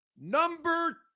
number